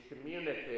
community